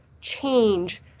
change